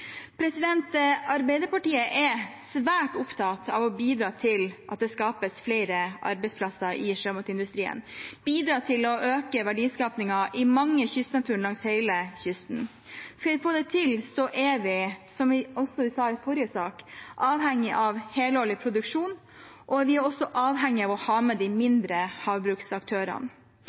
Arbeiderpartiet er svært opptatt av å bidra til at det skapes flere arbeidsplasser i sjømatindustrien – bidra til å øke verdiskapingen i mange kystsamfunn langs hele kysten. Skal vi få det til, er vi, som vi også sa i forrige sak, avhengig av helårig produksjon, og vi er også avhengig av å ha med de mindre havbruksaktørene.